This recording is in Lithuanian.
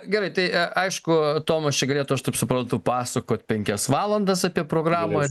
gerai tai e aišku tomas čia galėtų aš taip suprantu pasakot penkias valandas apie programą